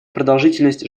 продолжительность